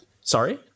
sorry